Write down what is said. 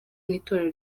itorero